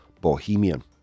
bohemian